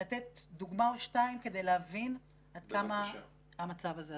לתת דוגמה או שתיים כדי להבין עד כמה המצב הזה רע.